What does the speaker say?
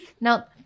Now